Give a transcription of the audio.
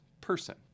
person